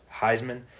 Heisman